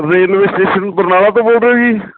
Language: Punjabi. ਰੇਲਵੇ ਸਟੇਸ਼ਨ ਬਰਨਾਲਾ ਤੋਂ ਬੋਲ ਰਹੇ ਜੀ